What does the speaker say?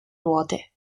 ruote